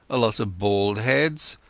a lot of bald heads,